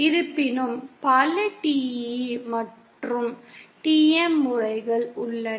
இருப்பினும் பல TE மற்றும் TM முறைகள் உள்ளன